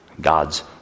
God's